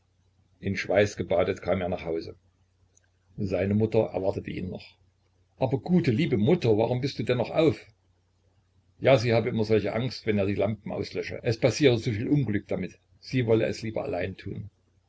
in schweiß gebadet kam er nach hause seine mutter erwartete ihn noch aber gute liebe teure mutter warum bist du denn noch auf ja sie habe immer solche angst wenn er die lampe auslösche es passiere so viel unglück damit sie wolle es lieber allein tun